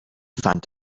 fand